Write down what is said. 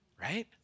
right